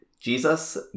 Jesus